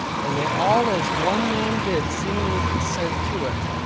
and they all as one man did seemingly consent to it,